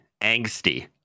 angsty